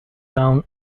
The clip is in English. down